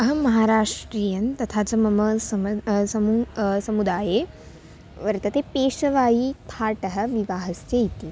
अहं महाराष्ट्रीया तथा च मम समूहः समू समुदाये वर्तते पेषवायीथाटः विवाहस्य इति